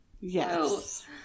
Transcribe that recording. Yes